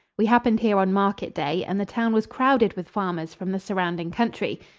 we happened here on market day and the town was crowded with farmers from the surrounding country.